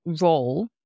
role